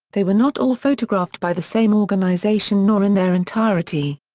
they were not all photographed by the same organization nor in their entirety.